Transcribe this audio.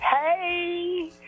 Hey